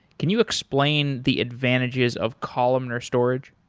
can you explain the advantages of columnar storage?